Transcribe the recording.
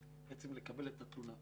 בעצם לקבל את התלונה,